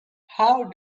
how